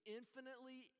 infinitely